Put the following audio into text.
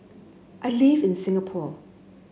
I live in Singapore